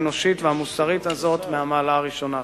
האנושית והמוסרית מהמעלה הראשונה הזאת.